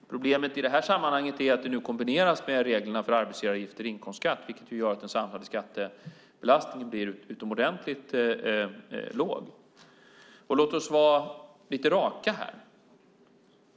Problemet i detta sammanhang är att det nu kombineras med reglerna för arbetsgivaravgifter och inkomstskatt, vilket gör att den samlade skattebelastningen blir utomordentligt låg. Låt oss vara lite raka här.